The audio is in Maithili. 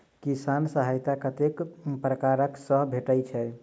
किसान सहायता कतेक पारकर सऽ भेटय छै?